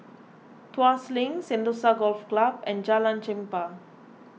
Tuas Link Sentosa Golf Club and Jalan Chempah